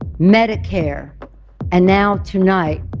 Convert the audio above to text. ah medicare and now, tonight,